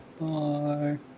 Bye